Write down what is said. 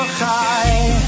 high